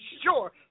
sure